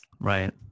right